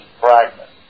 fragment